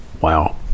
Wow